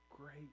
Great